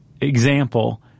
example